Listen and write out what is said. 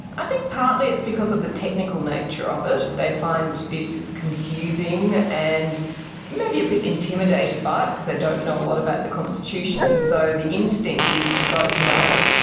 i think partly it's because of the technical nature of it. they find it confusing and maybe a bit intimidated intimidated by it because they don't know a lot about the constitution. and so the instinct is to vote no,